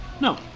No